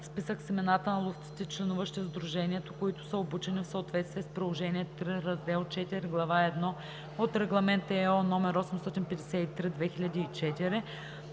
списък с имената на ловците, членуващи в сдружението, които са обучени в съответствие с приложение III, раздел IV, глава I от Регламент (ЕО) № 853/2004;